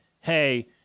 Hey